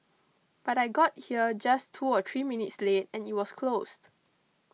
but I got here just two or three minutes late and it was closed